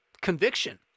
conviction